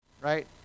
right